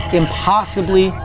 impossibly